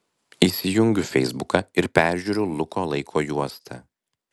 įsijungiu feisbuką ir peržiūriu luko laiko juostą